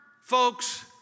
folks